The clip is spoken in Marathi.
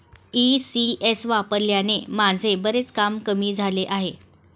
ई.सी.एस वापरल्याने माझे बरेच काम कमी झाले आहे